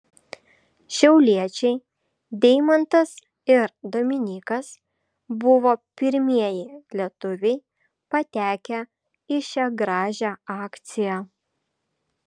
šiauliečiai deimantas ir dominykas buvo pirmieji lietuviai patekę į šią gražią akciją